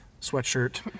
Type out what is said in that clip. sweatshirt